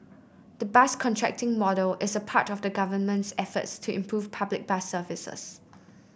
the bus contracting model is part of the Government's efforts to improve public bus services